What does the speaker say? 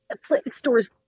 stores